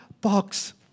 box